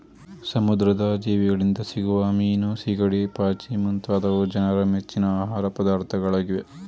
ಸಮುದ್ರದ ಜೀವಿಗಳಿಂದ ಸಿಗುವ ಮೀನು, ಸಿಗಡಿ, ಪಾಚಿ ಮುಂತಾದವು ಜನರ ಮೆಚ್ಚಿನ ಆಹಾರ ಪದಾರ್ಥಗಳಾಗಿವೆ